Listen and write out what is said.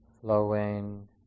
flowing